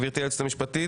גברתי היועצת המשפטית,